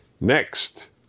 Next